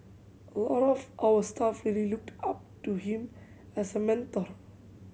a lot of our staff really looked up to him as a mentor